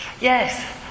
Yes